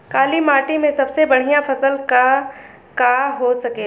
काली माटी में सबसे बढ़िया फसल का का हो सकेला?